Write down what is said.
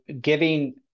giving